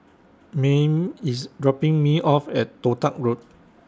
Mayme IS dropping Me off At Toh Tuck Road